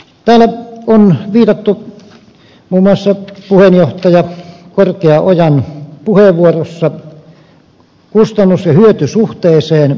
täällä on viitattu muun muassa puheenjohtaja korkeaojan puheenvuorossa kustannushyöty suhteeseen